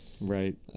Right